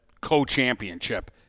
co-championship